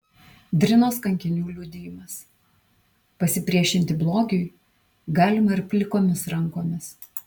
drinos kankinių liudijimas pasipriešinti blogiui galima ir plikomis rankomis